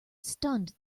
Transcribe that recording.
stunned